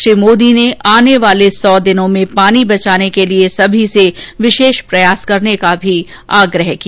श्री मोदी ने आने वाले सौ दिनों में पानी बचाने के लिए विशेष प्रयास करने का भी आग्रह किया